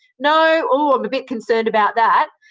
no ooh, i'm a bit concerned about that.